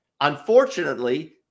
Unfortunately